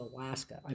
Alaska